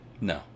No